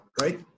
right